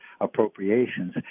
appropriations